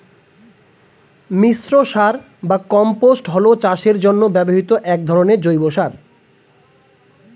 মিশ্র সার বা কম্পোস্ট হল চাষের জন্য ব্যবহৃত এক ধরনের জৈব সার